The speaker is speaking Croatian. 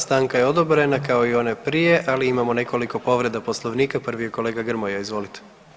Stanka je odobrena kao i ona prije, ali imamo nekoliko povreda Poslovnika, prvi je kolega Grmoja, izvolite.